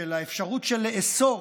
האפשרות של לאסור